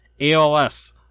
ALS